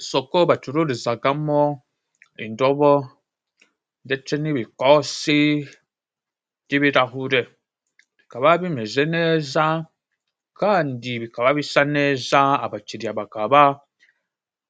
Isoko bacururizagamo indobo ndetse n'ibikosi by'ibirahure bikaba bimeze neza kandi bikaba bisa neza abakiriya bakaba